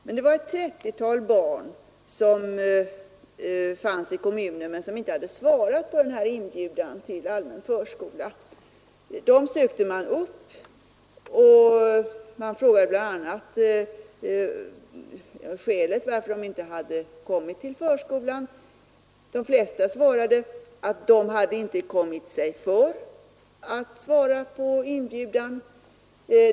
Men det var ett 30-tal barn som bodde i kommunen men som inte hade svarat på denna inbjudan till allmän förskola. Dem sökte man upp och frågade bl.a. varför de inte hade kommit till förskolan. De flesta svarade att de inte hade kommit sig för att svara på inbjudan.